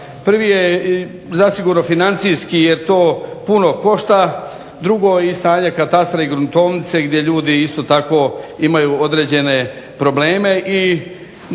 prvi je zasigurno financijski jer to puno košta, drugo i stanje katastra i gruntovnice gdje ljudi isto tako imaju određene probleme i